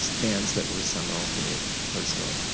bands that were seminal to me personally.